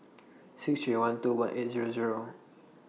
six three one two one eight Zero Zero